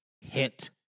Hit